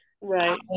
Right